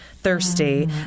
thirsty